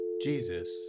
Jesus